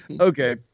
okay